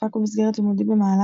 שהופק במסגרת לימודים ב"מעלה